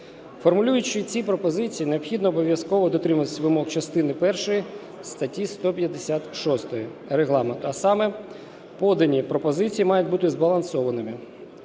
Формулюючи ці пропозиції, необхідно обов'язково дотримуватись вимог частини першої статті 156 Регламенту, а саме подані пропозиції мають бути збалансованими.